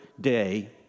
day